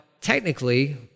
technically